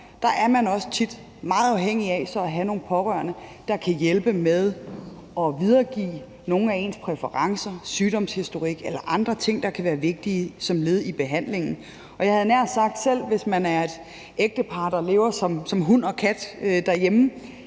Der er man tit meget afhængig af at have nogle pårørende, der kan hjælpe med at videregive nogle af ens præferencer, sygdomshistorik eller andre ting, der kan være vigtige som led i behandlingen. Jeg havde nær sagt, at selv hvis man er et ægtepar, der lever som hund og kat derhjemme,